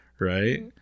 Right